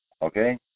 Okay